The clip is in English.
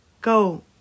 Go